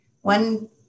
One